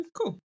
Cool